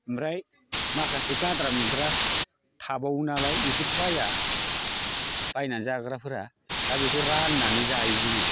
ओमफ्राय माखासे गाद्रा मुद्रा थाबावो नालाय बेखौथ' बाया बायनानै जाग्राफोरा दा बेखौ राननानै जायो जोङो